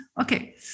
Okay